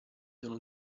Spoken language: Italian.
sono